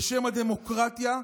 בשם הדמוקרטיה,